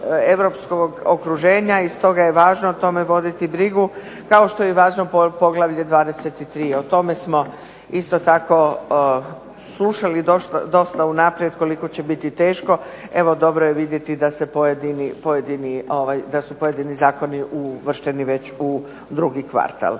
europskog okruženja i stoga je važno o tome voditi brigu kao što je važno poglavlje 23, o tome smo isto tako slušali dosta unaprijed koliko će biti teško. Evo, dobro je vidjeti da su pojedini zakoni uvršteni već u drugi kvartal.